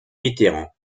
mitterrand